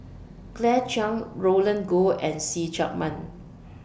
Claire Chiang Roland Goh and See Chak Mun